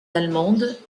allemandes